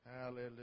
Hallelujah